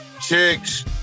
chicks